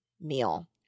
meal